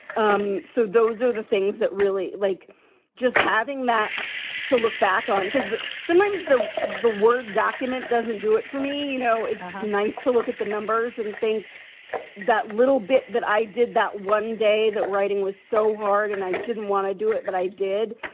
um so those are the things that really like just having that to look back on, because sometimes the the word document doesn't do it for me. you know, it's nice to look at the numbers and think that little bit that i did that one day, that writing was so hard and i didn't want to do it, but i did.